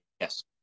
yes